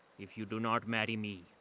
if you do not marry me,